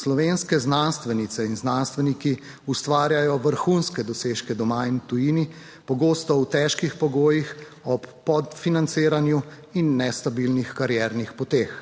Slovenske znanstvenice in znanstveniki ustvarjajo vrhunske dosežke doma in v tujini, pogosto v težkih pogojih ob podfinanciranju in nestabilnih kariernih poteh.